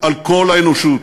על כל האנושות.